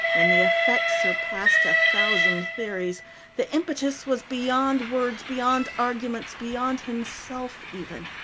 and the effect surpassed a thousand theories the impetus was beyond words, beyond arguments, beyond himself even.